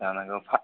लानांगौ फा